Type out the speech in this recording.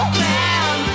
man